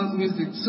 music